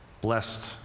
blessed